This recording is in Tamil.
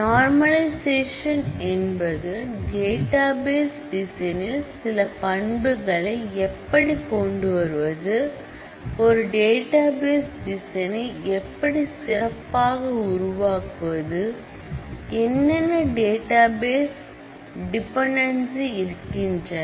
நோர்மலிஷயேசன் என்பது டேட்டாபேஸ் டிசைனில் சில பண்புகளை எப்படி கொண்டுவருவது ஒரு டேட்டாபேஸ் டிசைனை எப்படி சிறப்பாக உருவாக்குவது என்னென்ன டேட்டாபேஸ் டிபன்இன்சி இருக்கின்றன